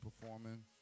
performing